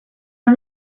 are